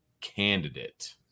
candidate